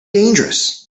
dangerous